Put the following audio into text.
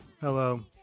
Hello